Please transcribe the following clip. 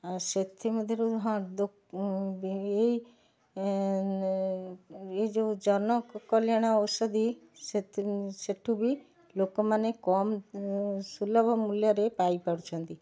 ଆଉ ସେଥିମଧ୍ୟରୁ ହଁ ଏଇ ଏଇ ଯେଉଁ ଜନ କଲ୍ୟାଣ ଔଷଧି ସେଠୁ ବି ଲୋକମାନେ କମ୍ ସୁଲଭ ମୂଲ୍ୟରେ ପାଇପାରୁଛନ୍ତି